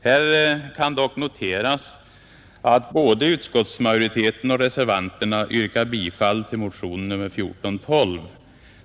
Här kan dock noteras att både utskottsmajoriteten och reservanterna yrkar bifall till motionen nr 1412.